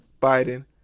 Biden